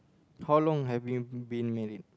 how long have you been married